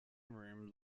room